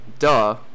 Duh